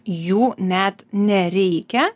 jų net nereikia